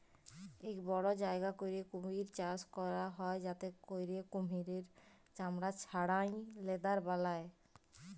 ইক বড় জায়গা ক্যইরে কুমহির চাষ ক্যরা হ্যয় যাতে ক্যইরে কুমহিরের চামড়া ছাড়াঁয় লেদার বালায়